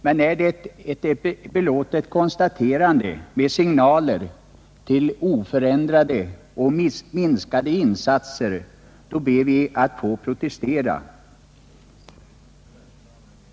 Men är det ett belåtet konstaterande med signaler till oförändrade eller minskade insatser, då ber vi att få protestera.